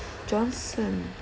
johnson